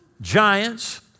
giants